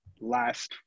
last